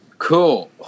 Cool